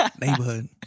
Neighborhood